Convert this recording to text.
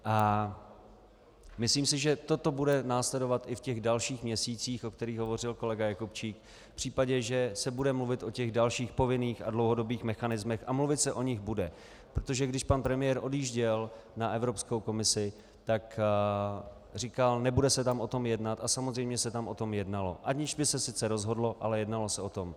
A myslím si, že toto bude následovat i v dalších měsících, o kterých hovořil kolega Jakubčík, v případě, že se bude mluvit o dalších povinných a dlouhodobých mechanismech, a mluvit se o nich bude, protože když pan premiér odjížděl na Evropskou komisi, tak říkal nebude se tam o tom jednat a samozřejmě se tam o tom jednalo, aniž by se sice rozhodlo, ale jednalo se o tom.